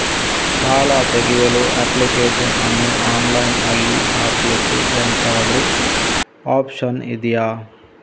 ಸಾಲ ತೆಗಿಯಲು ಅಪ್ಲಿಕೇಶನ್ ಅನ್ನು ಆನ್ಲೈನ್ ಅಲ್ಲಿ ಹಾಕ್ಲಿಕ್ಕೆ ಎಂತಾದ್ರೂ ಒಪ್ಶನ್ ಇದ್ಯಾ?